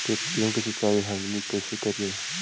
गेहूं के सिंचाई हमनि कैसे कारियय?